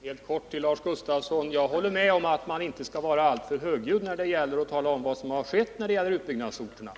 Herr talman! Helt kort till Lars Gustafsson! Jag håller med om att man inte skall vara alltför högljudd när man talar om vad som skett i fråga om utbyggnadsorterna.